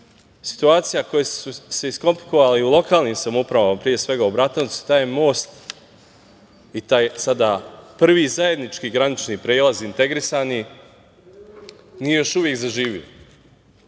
situacija koje su se iskomplikovale i u lokalnim samoupravama, pre svega u Bratuncu, taj most i taj sada prvi, zajednički granični prelaz integrisani, nije još uvek zaživeo. Molim